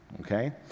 okay